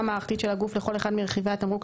7. החשיפה המערכתית של הגוף לכל אחד מרכיבי התמרוק,